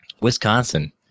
Wisconsin